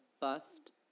bust